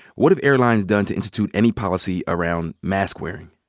what have airlines done to institute any policy around mask wearing?